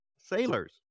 Sailors